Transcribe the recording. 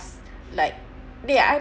like they are